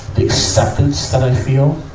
the acceptance that i feel